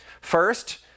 First